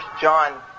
John